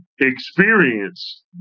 experience